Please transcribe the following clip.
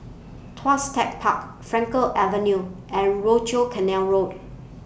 Tuas Tech Park Frankel Avenue and Rochor Canal Road